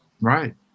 Right